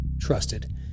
trusted